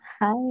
hi